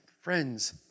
friends